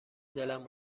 دلم